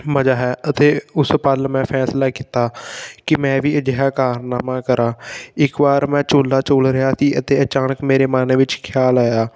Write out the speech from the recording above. ਮਜ਼ਾ ਹੈ ਅਤੇ ਉਸ ਪਲ ਮੈਂ ਫੈਸਲਾ ਕੀਤਾ ਕਿ ਮੈਂ ਵੀ ਅਜਿਹਾ ਕਾਰਨਾਮਾ ਕਰਾਂ ਇੱਕ ਵਾਰ ਮੈਂ ਝੂਲਾ ਝੂਲ ਰਿਹਾ ਸੀ ਅਤੇ ਅਚਾਨਕ ਮੇਰੇ ਮਨ ਵਿੱਚ ਖਿਆਲ ਆਇਆ